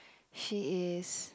she is